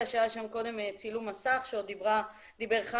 שהיה שם קודם צילום מסך כשדיבר חיים,